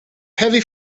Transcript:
heavy